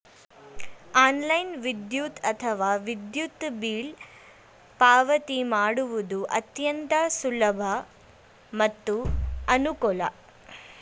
ಆನ್ಲೈನ್ನಲ್ಲಿ ವಿದ್ಯುತ್ ಅಥವಾ ವಿದ್ಯುತ್ ಬಿಲ್ ಪಾವತಿ ಮಾಡುವುದು ಅತ್ಯಂತ ಸುಲಭ ಮತ್ತು ಅನುಕೂಲ